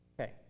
Okay